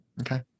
Okay